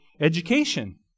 education